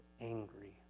angry